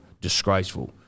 disgraceful